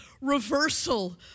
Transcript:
reversal